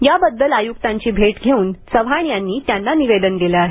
याबद्दल आयुक्तांची भेट घेऊन चव्हाण यांनी त्यांना निवेदन दिले आहे